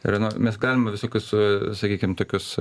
reno mes galim visokius a sakykim tokius